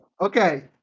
Okay